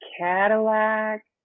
Cadillac